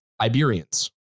Iberians